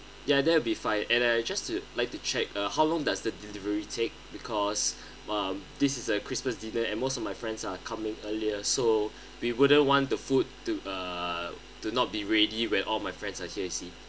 ya there'll be five and I just to like to check uh how long does the delivery take because um this is a christmas dinner and most of my friends are coming earlier so we wouldn't want the food to uh to not be ready when all my friends are here I see